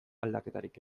aldaketarik